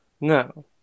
No